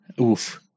Oof